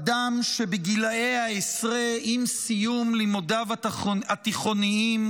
אדם שבגילי העשרה, עם סיום לימודיו התיכוניים,